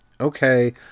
Okay